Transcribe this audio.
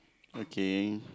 okay